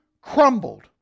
crumbled